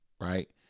Right